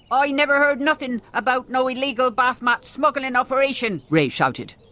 oi never heard nothin' about no illegal bathmat smuggling operation! ray shouted,